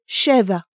Sheva